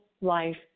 life